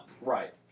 right